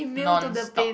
non stop